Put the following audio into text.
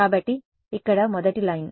కాబట్టి ఇక్కడ మొదటి లైన్